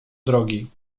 drogi